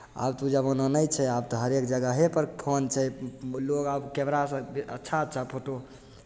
आब तऽ ओ जमाना नहि छै आब तऽ हरेक जगहेपर फोन छै लोक आब कैमरासँ अच्छा अच्छा फोटो